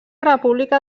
república